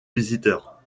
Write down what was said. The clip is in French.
visiteurs